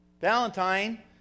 Valentine